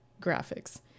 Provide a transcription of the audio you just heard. graphics